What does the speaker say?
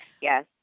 Yes